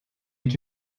eut